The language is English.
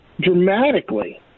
dramatically